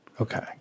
Okay